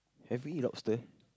have we eat lobster